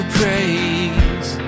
praise